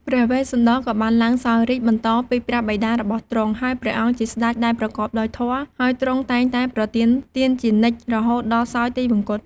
ព្រះវេស្សន្តរក៏បានឡើងសោយរាជ្យបន្តពីព្រះបិតារបស់ ហើយព្រះអង្គជាស្តេចដែលប្រកបដោយធម៌ ហើយទ្រង់តែងតែប្រទានទានជានិច្ចរហូតដល់សោយទីវង្គត។